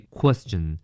question